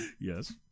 Yes